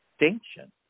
extinction